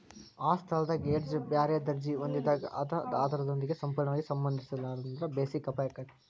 ಆ ಸ್ಥಳದಾಗ್ ಹೆಡ್ಜ್ ಬ್ಯಾರೆ ದರ್ಜಿ ಹೊಂದಿದಾಗ್ ಅದ ಆಧಾರದೊಂದಿಗೆ ಸಂಪೂರ್ಣವಾಗಿ ಸಂಬಂಧಿಸಿರ್ಲಿಲ್ಲಾಂದ್ರ ಬೆಸಿಕ್ ಅಪಾಯಾಕ್ಕತಿ